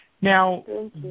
Now